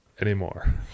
anymore